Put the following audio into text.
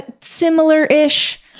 similar-ish